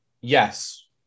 yes